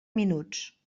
minuts